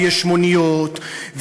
ויש מוניות,